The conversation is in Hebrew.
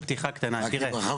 יש למדינה